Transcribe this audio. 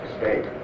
state